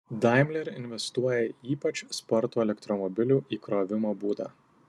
daimler investuoja į ypač spartų elektromobilių įkrovimo būdą